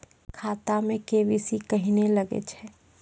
खाता मे के.वाई.सी कहिने लगय छै?